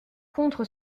contre